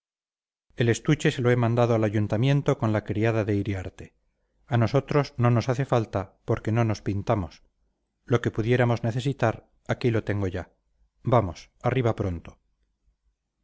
el estuche se lo he mandado al ayuntamiento con la criada de iriarte a nosotros no nos hace falta porque no nos pintamos lo que pudiéramos necesitar aquí lo tengo ya vamos arriba pronto